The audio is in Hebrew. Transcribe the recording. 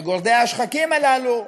גורדי השחקים הללו,